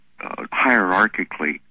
hierarchically